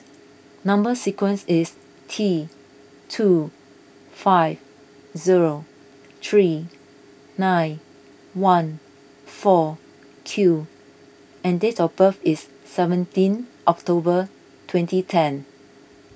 Number Sequence is T two five zero three nine one four Q and date of birth is seventeen October twenty ten